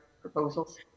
proposals